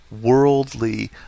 worldly